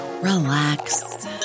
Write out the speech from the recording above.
relax